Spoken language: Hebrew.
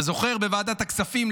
אתה זוכר, בוועדת הכספים?